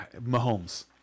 Mahomes